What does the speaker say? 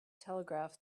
telegraph